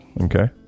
Okay